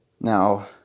Now